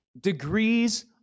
degrees